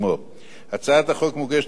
הצעת החוק מוגשת ללא הסתייגויות,